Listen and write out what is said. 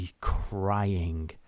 crying